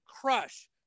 crush